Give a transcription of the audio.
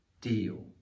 deal